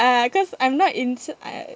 uh cause I'm not into uh